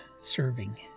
serving